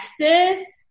Texas